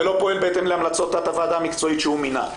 ולא פועל בהתאם להמלצות תת הוועדה המקצועית שהוא מינה.